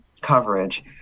coverage